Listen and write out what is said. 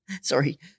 Sorry